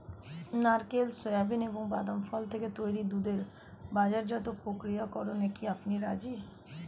নারকেল, সোয়াবিন এবং বাদাম ফল থেকে তৈরি দুধের বাজারজাত প্রক্রিয়াকরণে কি আপনি রাজি?